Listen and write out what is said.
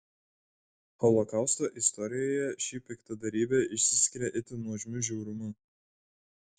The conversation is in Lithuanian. holokausto istorijoje ši piktadarybė išsiskiria itin nuožmiu žiaurumu